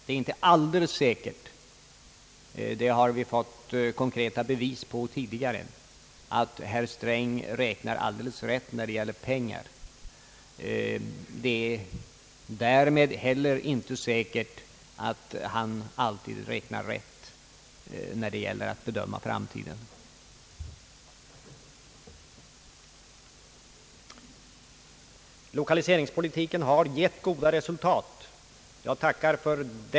Det är inte alldeles säkert — det har vi fått konkreta bevis på tidigare — att herr Sträng räknar alldeles rätt när det gäller prognoser om samhällsekonomin. Det är därmed heller inte säkert att han alltid gissar rätt när det gäller att bedöma framtiden i det här avseendet. Lokaliseringspolitiken har gett goda resultat.